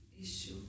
issue